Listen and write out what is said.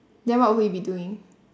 then what would he be doing